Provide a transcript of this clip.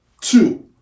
two